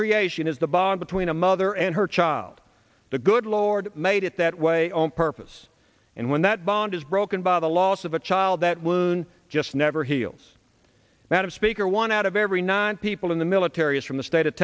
creation is the bond between a mother and her child the good lord made it that way on purpose and when that bond is broken by the loss of a child that wound just never heals madam speaker one out of every nine people in the military is from the state of